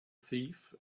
thief